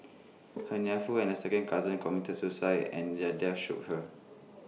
her nephew and A second cousin committed suicide and their deaths shook her